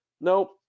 nope